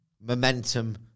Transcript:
momentum